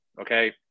okay